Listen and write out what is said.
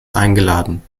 eingeladen